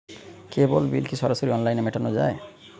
কেবল bill কি সরাসরি অনলাইনে মেটানো য়ায়?